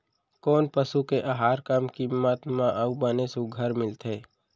कोन पसु के आहार कम किम्मत म अऊ बने सुघ्घर मिलथे?